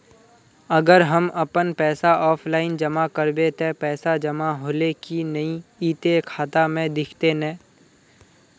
अगर हम अपन पैसा ऑफलाइन जमा करबे ते पैसा जमा होले की नय इ ते खाता में दिखते ने?